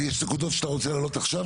אז יש נקודות שאתה רוצה להעלות עכשיו?